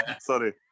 sorry